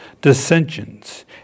dissensions